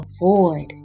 avoid